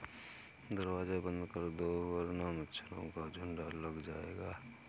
दरवाज़ा बंद कर दो वरना मच्छरों का झुंड लग जाएगा